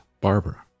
Barbara